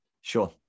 Sure